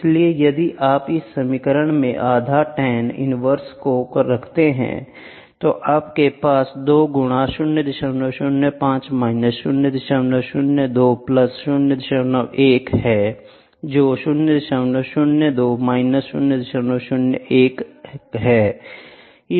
इसलिए यदि आप इस समीकरण में आधा Tan इन्वर्स को रखते हैं तो आपके पास 2 गुना 005 माइनस 002 प्लस 01 है जो 002 माइनस 001 है